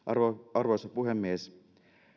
arvoisa puhemies